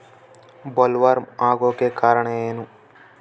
Bollworm ಆಗೋಕೆ ಕಾರಣ ಏನು?